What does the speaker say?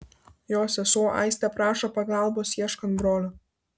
jo sesuo aistė prašo pagalbos ieškant brolio